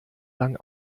lang